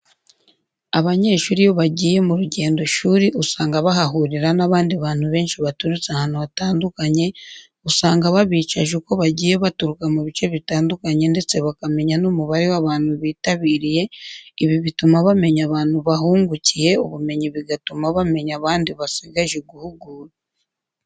Abanyeshuri iyo bagiye mu rugendoshuri usanga bahahurira n'abandi bantu benshi baturutse ahantu hatandukanye, usanga babicaje uko bagiye baturuka mu bice bitandukanye ndetse bakamenya n'umubare w'abantu bitabiriye, ibi bituma bamenya abantu bahungukiye ubumenyi bigatuma bamenya abandi basigaje guhugura.